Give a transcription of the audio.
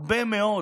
הרבה מאוד